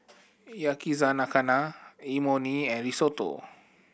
Yakizakana Imoni and Risotto